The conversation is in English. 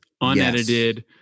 unedited